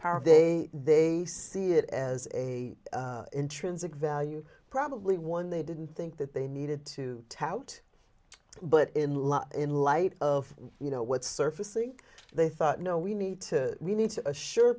are they they see it as a intrinsic value probably one they didn't think that they needed to tout but in love in light of you know what's surfacing they thought no we need to we need to assure